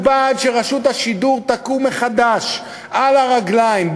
אנחנו בעד שרשות השידור תקום מחדש על הרגליים,